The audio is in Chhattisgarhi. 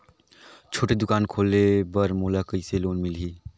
छोटे दुकान खोले बर मोला कइसे लोन मिलही?